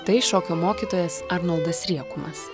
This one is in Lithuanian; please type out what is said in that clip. tai šokio mokytojas arnoldas riekumas